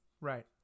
Right